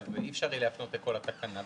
אי אפשר יהיה להפנות לכל התקנה.